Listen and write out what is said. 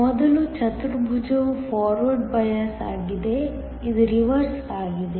ಮೊದಲ ಚತುರ್ಭುಜವು forward bias ಆಗಿದೆ ಇದು ರಿವರ್ಸ್ ಆಗಿದೆ